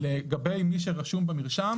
ואם אני רוצה לשים נתב אלחוטי או לעשות